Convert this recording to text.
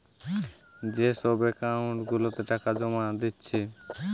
যে সব একাউন্ট গুলাতে টাকা জোমা দিচ্ছে